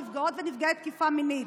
נפגעות ונפגעי תקיפה מינית.